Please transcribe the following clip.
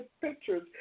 pictures